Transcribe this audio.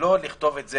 שלא נכתוב את זה